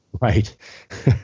right